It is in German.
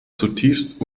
zutiefst